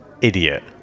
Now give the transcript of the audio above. idiot